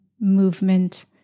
movement